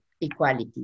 equality